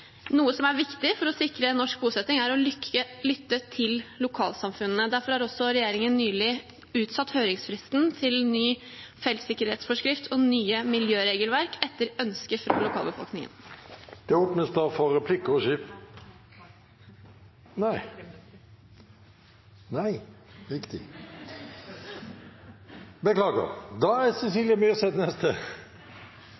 Noe som er viktig for å sikre en norsk bosetting, er å lytte til lokalsamfunnet. Derfor har også regjeringen nylig utsatt høringsfristen til ny feltsikkerhetsforskrift og nye miljøregelverk, etter ønske fra lokalbefolkningen. Sjelden har behovet for